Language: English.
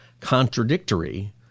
contradictory